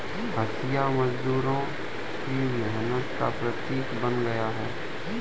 हँसिया मजदूरों की मेहनत का प्रतीक बन गया है